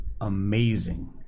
amazing